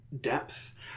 depth